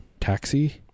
Taxi